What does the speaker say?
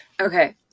Okay